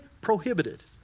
prohibited